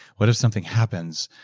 what is something happens,